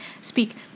Speak